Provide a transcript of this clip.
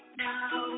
now